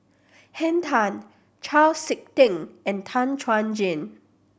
Henn Tan Chau Sik Ting and Tan Chuan Jin